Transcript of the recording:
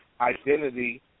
identity